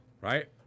right